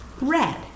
red